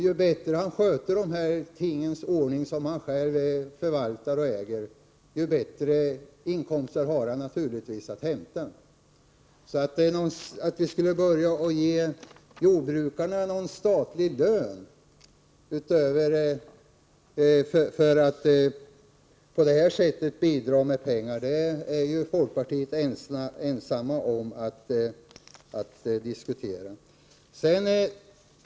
Ju bättre han sköter de tingen, som han själv äger och förvaltar, desto bättre inkomster har han naturligtvis att hämta. Att vi skulle behöva ge jordbrukarna statlig lön för att på det sättet bidra med pengar är folkpartiet ensamt om att diskutera.